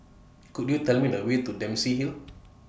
Could YOU Tell Me The Way to Dempsey Hill